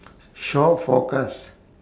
shore forecast